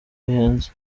bihenze